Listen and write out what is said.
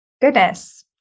Goodness